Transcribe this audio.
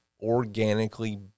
organically